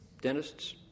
Dentists